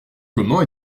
comment